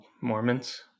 Mormons